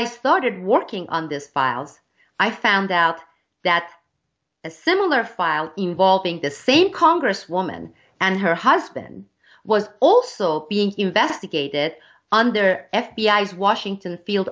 i started working on this files i found out that a similar file involving the same congresswoman and her husband was also being investigated under f b i as washington field